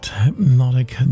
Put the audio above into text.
Hypnotic